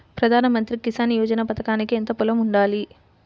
ప్రధాన మంత్రి కిసాన్ యోజన పథకానికి ఎంత పొలం ఉండాలి?